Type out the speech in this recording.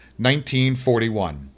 1941